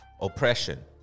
oppression